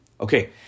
Okay